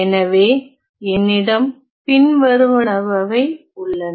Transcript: எனவே என்னிடம் பின்வருபவை உள்ளன